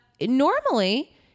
normally